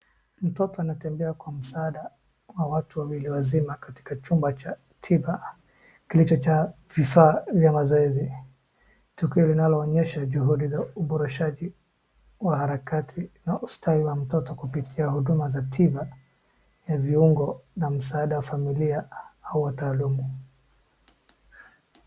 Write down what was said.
Mtoto anatembea kwa msaada kwa watu wawili wazima katika chumba cha tiba, kilichojaa vifaa vya mazoezi. Tukio linalo onyesha juhudi za uboreshaji wa harakati na ustawi wa mtoto kupitia huduma za tiba, na viungo na msaada wa familia, au wataalumu.